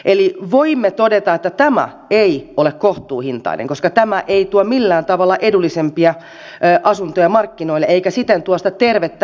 eli voimme todeta että tämä ei ole kohtuuhintaista koska tämä ei tuo millään tavalla edullisempia asuntoja markkinoille eikä siten tuo sitä tervettä hintakilpailua